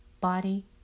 body